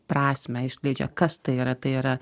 prasmę išleidžia kas tai yra tai yra